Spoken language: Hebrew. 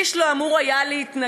איש לא אמור היה להתנגד,